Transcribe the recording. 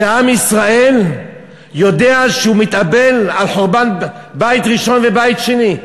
שעם ישראל יודע שהוא מתאבל על חורבן בית ראשון ובית שני.